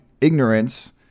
ignorance